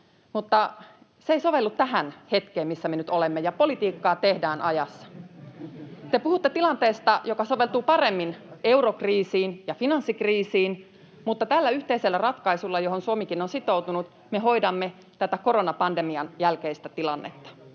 mutta se ei sovellu tähän hetkeen, missä me nyt olemme, ja politiikkaa tehdään ajassa. Te puhutte tilanteesta, joka soveltuu paremmin eurokriisiin ja finanssikriisiin, mutta tällä yhteisellä ratkaisulla, johon Suomikin on sitoutunut, me hoidamme tätä koronapandemian jälkeistä tilannetta.